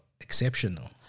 exceptional